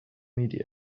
media